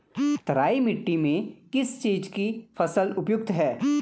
तराई मिट्टी में किस चीज़ की फसल उपयुक्त है?